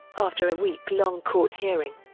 after a week-long court hearing,